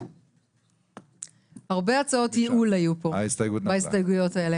5. הצבעה לא אושר ההסתייגות נפלה.